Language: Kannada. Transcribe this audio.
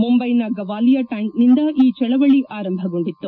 ಮುಂಬೈನ ಗವಾಲಿಯ ಟ್ಯಾಂಕ್ನಿಂದ ಈ ಚಳವಳಿ ಆರಂಭಗೊಂಡಿತ್ತು